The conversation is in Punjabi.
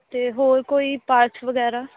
ਅਤੇ ਹੋਰ ਕੋਈ ਪਾਰਕਸ ਵਗੈਰਾ